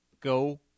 Go